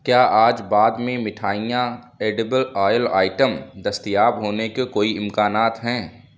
کیا آج بعد میں مٹھائیاں ایڈیبل آئل آئٹم دستیاب ہونے کے کوئی امکانات ہیں